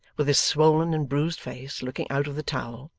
with his swoln and bruised face looking out of the towel,